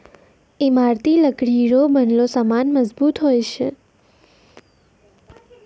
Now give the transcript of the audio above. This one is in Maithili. ईमारती लकड़ी रो बनलो समान मजबूत हुवै छै